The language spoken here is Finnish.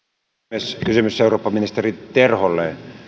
puhemies kysymys eurooppaministeri terholle